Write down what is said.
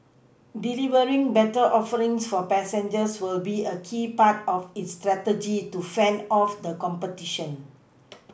delivering better offerings for passengers will be a key part of its strategy to fend off the competition